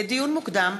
לדיון מוקדם: